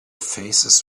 faces